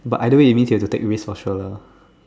but either way it means you have to take risks for sure lah